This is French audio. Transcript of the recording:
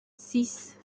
six